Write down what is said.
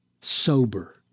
sober